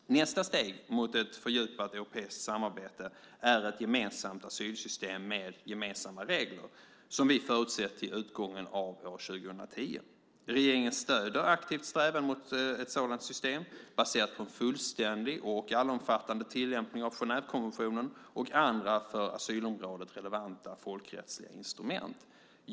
Nästa steg mot ett fördjupat europeiskt samarbete är ett gemensamt asylsystem med gemensamma regler, som vi förutsett till utgången av år 2010. Regeringen stöder aktivt strävan mot ett sådant system, baserat på en fullständig och allomfattande tillämpning av Genèvekonventionen och andra för asylområdet relevanta folkrättsliga instrument.